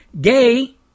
Gay